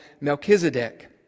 Melchizedek